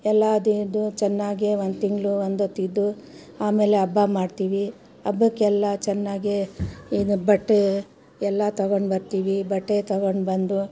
ಎಲ್ಲಾದಿದು ಚೆನ್ನಾಗೆ ಒಂದು ತಿಂಗಳು ಒಂದೊತ್ತಿದ್ದು ಆಮೇಲೆ ಹಬ್ಬ ಮಾಡ್ತೀವಿ ಹಬ್ಬಕ್ಕೆಲ್ಲ ಚೆನ್ನಾಗೆ ಇದ ಬಟ್ಟೆ ಎಲ್ಲ ತೊಗೊಂಡ್ಬರ್ತೀವಿ ಬಟ್ಟೆ ತೊಗೊಂಡ್ಬಂದು